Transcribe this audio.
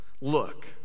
look